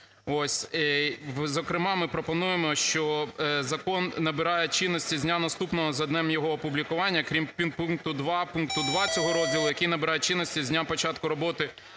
зокрема, ми пропонуємо, що закон набирає чинності з дня, наступного за днем його опублікування, крім підпункту два пункту 2 цього розділу, який набирає чинності з дня початку роботи